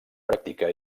practica